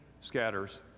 scatters